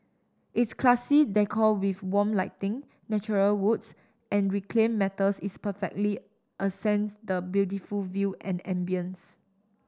its classy decor with warm lighting natural woods and reclaimed metals is perfectly accents the beautiful view and ambience